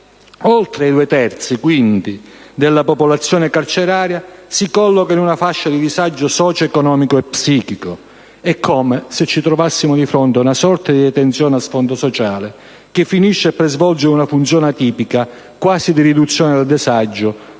Oltre i due terzi quindi della popolazione carceraria si colloca in una fascia di disagio socio-economico e psichico. È come se ci trovassimo di fronte ad una sorta di detenzione a sfondo sociale che finisce per svolgere una funzione atipica, quasi di riduzione del disagio,